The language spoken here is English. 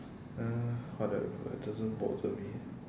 uh whatever doesn't bother me